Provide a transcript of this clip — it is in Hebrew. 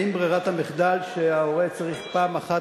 האם ברירת המחדל היא שההורה צריך פעם אחת